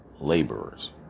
laborers